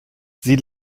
sie